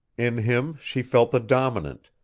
in him she felt the dominant,